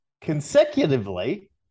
Consecutively